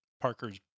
Parker's